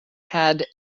had